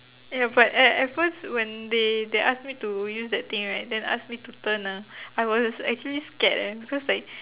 ya but at at first when they they ask me to use that thing right then ask me to turn ah I was actually scared eh because like